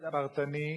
פרטני,